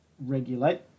regulate